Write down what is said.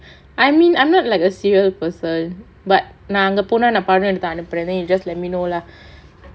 I mean I not like a cereal person but நா அங்க போனா நா படம் எடுத்து அனுப்புறேன்:naa anga ponaa naa padam eduthu anuppuraen brand you just let me know lah